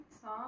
song